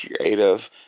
creative